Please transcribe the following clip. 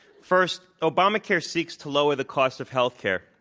first, obamacare seeks to lower the cost of health care,